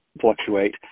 fluctuate